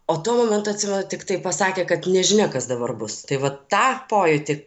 o tuo momentu atsimenu tiktai pasakė kad nežinia kas dabar bus tai vat tą pojūtį